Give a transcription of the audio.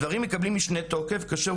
הדברים מקבלים משנה תוקף כאשר,